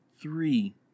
three